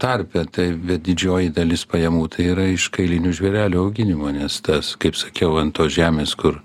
tarpe taip bet didžioji dalis pajamų tai yra iš kailinių žvėrelių auginimo nes tas kaip sakiau ant tos žemės kur